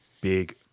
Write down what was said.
big